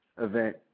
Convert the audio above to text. event